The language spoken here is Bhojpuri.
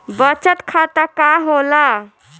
बचत खाता का होला?